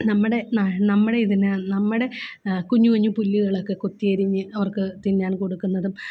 നമ്മുടെ ന നമ്മുടെ ഇതിന് നമ്മുടെ കുഞ്ഞു കുഞ്ഞു പുല്ലുകളൊക്കെ കൊത്തിയരിഞ്ഞ് അവർക്ക് തിന്നാൻ കൊടുക്കുന്നതും